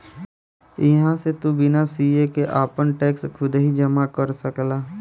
इहां से तू बिना सीए के आपन टैक्स खुदही जमा कर सकला